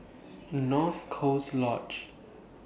North Coast Lodge